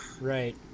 Right